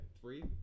three